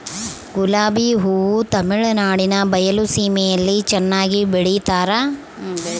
ಗುಲಾಬಿ ಹೂ ತಮಿಳುನಾಡಿನ ಬಯಲು ಸೀಮೆಯಲ್ಲಿ ಚೆನ್ನಾಗಿ ಬೆಳಿತಾರ